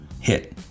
Hit